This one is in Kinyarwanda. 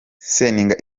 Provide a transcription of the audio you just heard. seninga